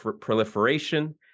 proliferation